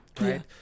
right